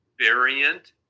variant